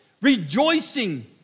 Rejoicing